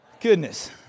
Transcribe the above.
goodness